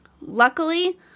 Luckily